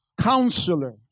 Counselor